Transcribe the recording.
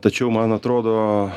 tačiau man atrodo